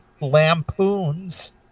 lampoons